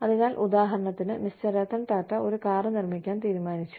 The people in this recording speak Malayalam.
അതിനാൽ ഉദാഹരണത്തിന് മിസ്റ്റർ രത്തൻ ടാറ്റ ഒരു കാർ നിർമ്മിക്കാൻ തീരുമാനിച്ചു